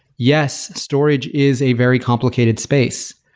yes, storage is a very complicated space,